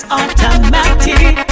automatic